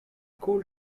cool